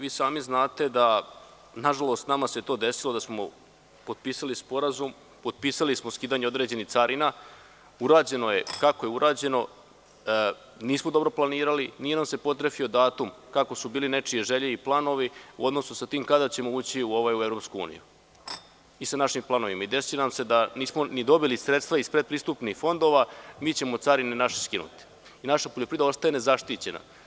Vi sami znate dan, nažalost, nama se to desilo, da smo potpisali sporazum, potpisali smo skidanje određenih carina, urađeno je kako je urađeno, nismo dobro planirali, nije nam se potrefio datum, kako su bile nečije želje i planovi, u odnosu sa tim kada ćemo ući u EU, i sa našim planovima i desi nam se da nismo ni dobili sredstva iz pretpristupnih fondova, mi ćemo carine naše skinuti, i naša poljoprivreda ostaje nezaštićena.